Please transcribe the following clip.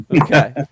Okay